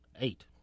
Eight